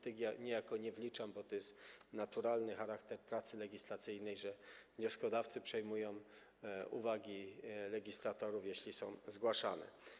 Tych niejako nie wliczam, bo to jest naturalny charakter pracy legislacyjnej, że wnioskodawcy przejmują uwagi legislatorów, jeśli są zgłaszane.